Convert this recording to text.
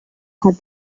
had